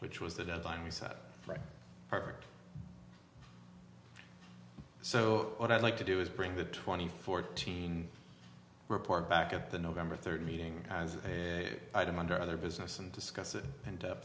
which was the deadline we set for perfect so what i'd like to do is bring the twenty fourteen report back at the november third meeting as a item under their business and discuss it and